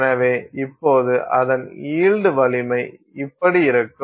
எனவே இப்போது அதன் ஈல்டு வலிமை இப்படி இருக்கும்